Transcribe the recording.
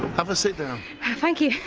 have a sit down thank you.